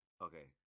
Okay